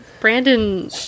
Brandon